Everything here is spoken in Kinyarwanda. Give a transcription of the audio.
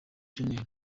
cyumweru